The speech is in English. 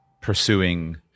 pursuing